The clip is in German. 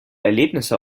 erlebnisse